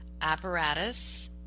apparatus